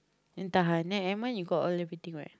then tahan you got all everything what